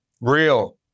Real